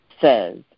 says